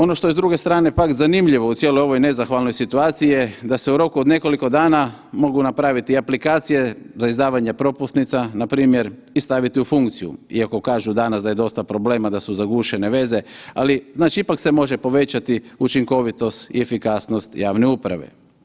Ono što je s druge strane pak zanimljivo, u cijeloj ovoj nezahvalnoj situaciji je da se u roku od nekoliko dana mogu napraviti aplikacije za izdavanje propusnica, npr. i staviti u funkciju iako kažu danas da je dosta problema, da su zagušene veze, ali, znači ipak se može povećati učinkovitost i efikasnost javne uprave.